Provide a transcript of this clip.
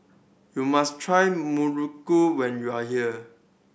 you must try muruku when you are here